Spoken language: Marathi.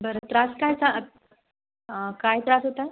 बरं त्रास काय चा काय त्रास होता